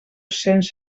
cents